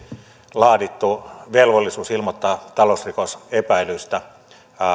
laadittu velvollisuus ilmoittaa talousrikosepäilyistä